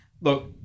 look